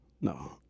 No